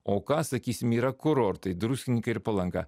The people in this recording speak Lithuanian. o ką sakysim yra kurortai druskininkai ir palanga